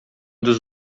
dos